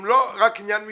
הן לא רק עניין משפטי.